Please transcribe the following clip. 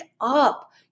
up